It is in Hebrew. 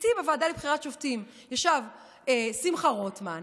איתי בוועדה לבחירת שופטים ישבו שמחה רוטמן,